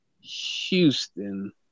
Houston